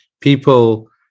people